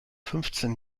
fünfzehn